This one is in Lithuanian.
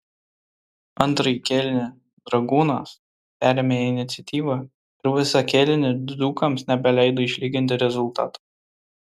antrąjį kėlinį dragūnas perėmė iniciatyvą ir visą kėlinį dzūkams nebeleido išlyginti rezultato